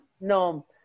no